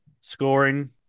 Scoring